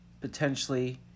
potentially